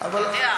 אתה יודע.